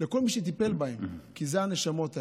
לכל מי שטיפל בהם, כי אלו הנשמות האלה.